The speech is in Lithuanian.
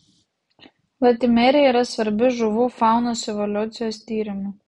latimerija yra svarbi žuvų faunos evoliucijos tyrimui